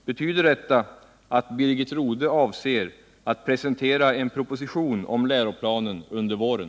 Betyder detta att Birgit Rodhe avser att presentera en proposition om läroplanen under våren?